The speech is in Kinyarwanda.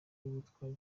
witwa